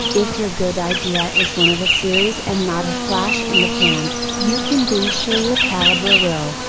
if your good idea is one of a series and not a flash in the pan, you can be sure your caliber will,